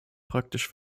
praktisch